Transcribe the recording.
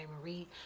Marie